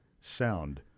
sound